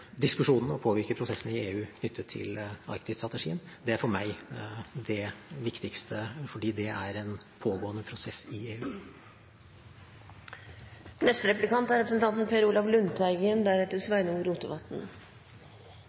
og påvirke prosessene i EU knyttet til Arktis-strategien. Det er for meg det viktigste, fordi det er en pågående prosess i EU.